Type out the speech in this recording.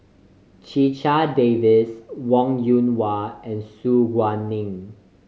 Checha Davies Wong Yoon Wah and Su Guaning